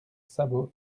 sabot